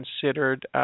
considered